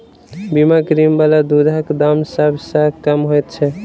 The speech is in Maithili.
बिना क्रीम बला दूधक दाम सभ सॅ कम होइत छै